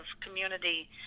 community